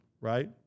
right